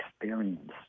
experience